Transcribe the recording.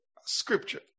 scripture